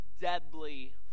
deadly